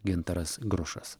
gintaras grušas